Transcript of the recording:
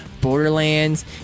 borderlands